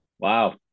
Wow